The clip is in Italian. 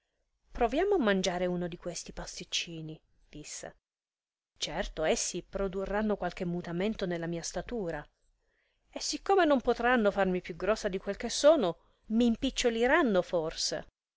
proviamo a mangiare uno di questi pasticcini disse certo essi produrranno qualche mutamento nella mia statura e siccome non potranno farmi più grossa di quel che sono m'impiccoliranno forse